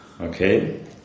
Okay